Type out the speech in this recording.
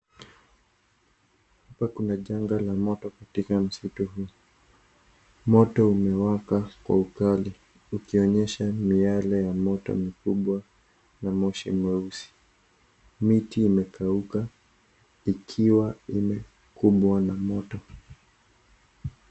Hapa kuna janga la moto katika msitu huu , moto umewaka kwa ukali ukionyesha miale ya moto mikubwa na moshi mweusi, miti imekauka ikiwa ime kumbwa na motoo.